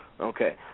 Okay